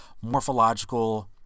morphological